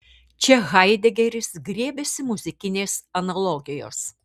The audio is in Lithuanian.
čia haidegeris griebiasi muzikinės analogijos